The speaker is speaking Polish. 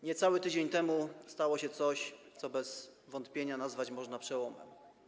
Niecały tydzień temu stało się coś, co bez wątpienia można nazwać przełomem.